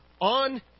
on